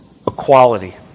equality